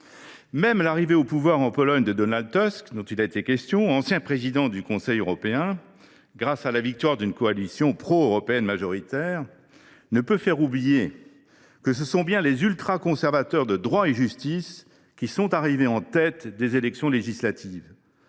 Même l’arrivée au pouvoir en Pologne de Donald Tusk, ancien président du Conseil européen, grâce à la victoire d’une coalition pro européenne majoritaire, ne peut faire oublier que ce sont bien les ultraconservateurs de Droit et justice (PiS) qui sont arrivés en tête des élections législatives